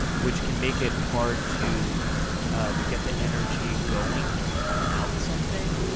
which can make it hard to get the energy going to plan out something,